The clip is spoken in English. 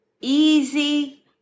easy